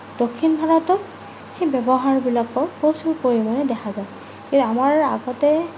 দক্ষিণ ভাৰতত সেই ব্যৱহাৰবিলাকৰ প্ৰচুৰ পৰিমাণে দেখা পোৱা যায় এই আমাৰ আগতে